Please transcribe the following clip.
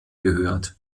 gehört